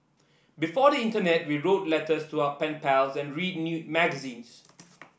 before the internet we wrote letters to our pen pals and read new magazines